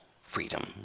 freedom